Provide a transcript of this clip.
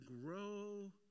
grow